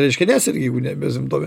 reiškia nesergi jeigu ne besimptome